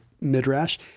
Midrash